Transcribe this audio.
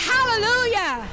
Hallelujah